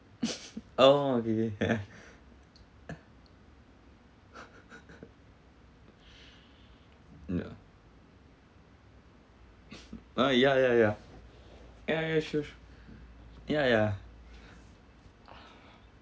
oh kay kay yeah no oh ya ya ya ya sure ya ya